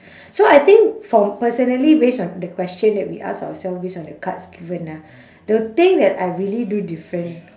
so I think for personally based on the question that we ask ourself based on the cards given ah the thing that I really do different